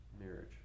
marriage